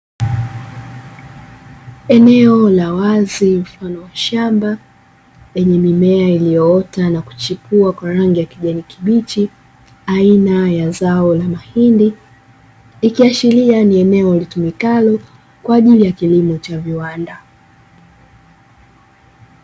Eneo la wazi mfano wa shamba, lenye mimea iliyoota na kuchipua kwa rangi ya kijani kibichi aina ya zao la mahindi; ikiashiria ni eneo litumikalo kwa ajili ya kilimo cha viwanda.